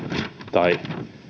tai